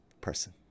person